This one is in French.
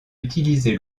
utilisé